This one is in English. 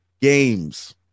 games